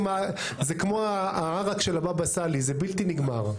זה בלתי נגמר.